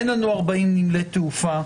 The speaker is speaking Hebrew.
אין לנו 40 נמלי תעופה,